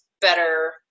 better